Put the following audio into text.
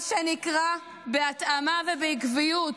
מה שנקרא בהתאמה ובעקיבות.